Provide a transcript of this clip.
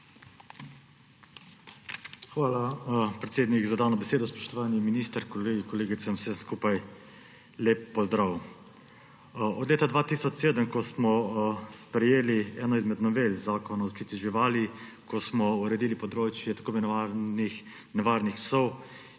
Hvala, predsednik, za dano besedo. Spoštovani minister, kolegi, kolegice, vsem skupaj lep pozdrav! Po letu 2007, ko smo sprejeli eno izmed novel Zakona o zaščiti živali, ko smo uredili področje tako imenovanih nevarnih psov,